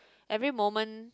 every moment